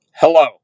Hello